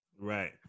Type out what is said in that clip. Right